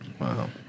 Wow